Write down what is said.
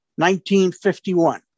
1951